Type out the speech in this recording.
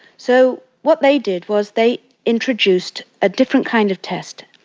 so what they did was they introduced a different kind of test.